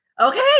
okay